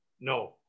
no